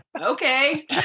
okay